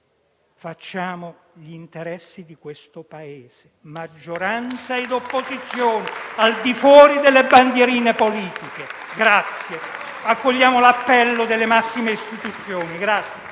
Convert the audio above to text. facciamo gli interessi di questo Paese, maggioranza e opposizione, al di fuori delle bandierine politiche. Accogliamo l'appello delle massime istituzioni.